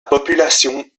population